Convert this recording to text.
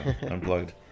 unplugged